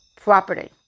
property